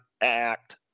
act